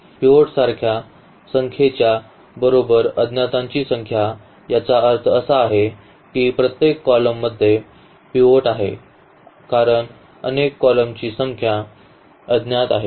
pivot सारख्या संख्येच्या बरोबर अज्ञातांची संख्या याचा अर्थ असा आहे की प्रत्येक column मध्ये पिव्होट आहे कारण अनेक columnांची संख्या अज्ञात आहे